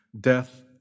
death